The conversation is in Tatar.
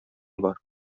бар